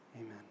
Amen